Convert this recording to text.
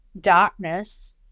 darkness